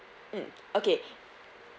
mm okay